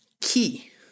key